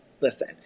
listen